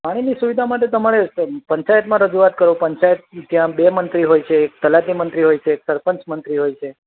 પાણીની સુવિધા માટે તમારે અ પંચાયતમાં રજૂઆત કરો પંચાયત ત્યાં બે મંત્રી હોય છે એક તલાટી મંત્રી હોય છે એક સરપંચ મંત્રી હોય છે